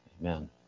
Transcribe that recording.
Amen